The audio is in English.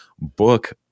book